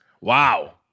Wow